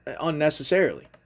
unnecessarily